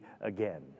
again